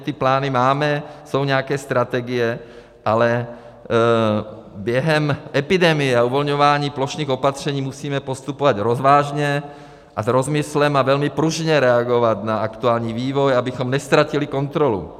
My samozřejmě ty plány máme, jsou nějaké strategie, ale během epidemie a uvolňování plošných opatření musíme postupovat rozvážně a s rozmyslem a velmi pružně reagovat na aktuální vývoj, abychom neztratili kontrolu.